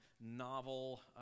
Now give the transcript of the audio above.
novel